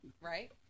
right